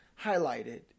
highlighted